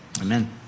Amen